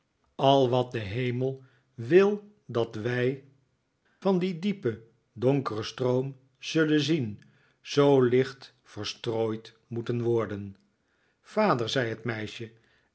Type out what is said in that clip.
al wat de hemel wil dat wij van dien diepen donkeren stroom zullen zien zoo licht verstrooid moeten worden vader zei het meisje